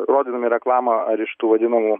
rodydami reklamą ar iš tų vadinamų